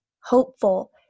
hopeful